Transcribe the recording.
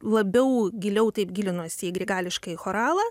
labiau giliau taip gilinuosi į grigališkąjį choralą